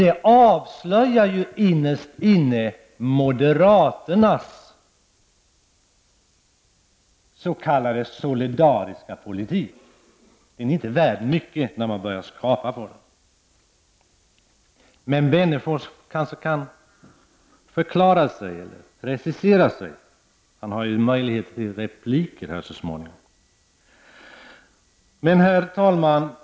Det avslöjar innerst inne moderaternas s.k. solidariska politik. Den är inte värd mycket när man börjar skrapa på den. Men Alf Wennerfors kanske kan förklara sig, han har ju möjlighet till replik så småningom. Herr talman!